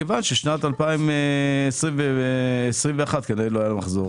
מכיוון שבשנת 2021 לא היה מחזור.